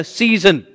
season